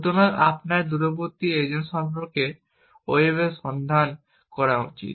সুতরাং আপনার এই দূরবর্তী এজেন্ট সম্পর্কে ওয়েবে সন্ধান করা উচিত